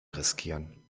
riskieren